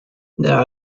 there